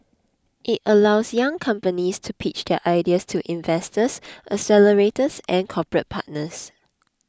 it allows young companies to pitch their ideas to investors accelerators and corporate partners